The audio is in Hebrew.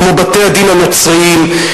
כמו בתי-הדין הנוצריים.